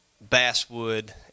basswood